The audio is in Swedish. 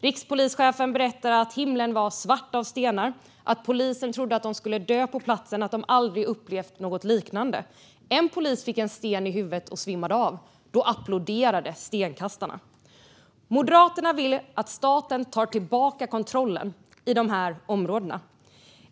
Rikspolischefen berättade att himlen var svart av stenar, att poliser trodde att de skulle dö på platsen och att de aldrig har upplevt något liknande. En polis fick en sten i huvudet och svimmade av. Då applåderade stenkastarna. Moderaterna vill att staten tar tillbaka kontrollen i dessa områden.